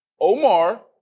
Omar